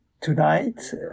tonight